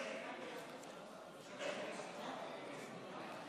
הצעת סיעת הרשימה המשותפת להביע אי-אמון בממשלה לא נתקבלה.